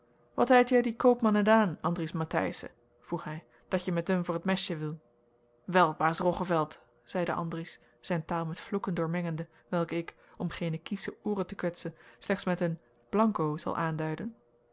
wat heit jou die koopman edaan andries matthijssen vroeg hij dat je met hum voor t mesje wilt wel baas roggeveld zeide andries zijn taal met vloeken doormengende welke ik om geene kiesche ooren te kwetsen slechts met een zal aanduiden